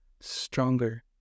stronger